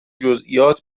جزییات